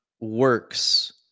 works